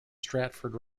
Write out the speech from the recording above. stratford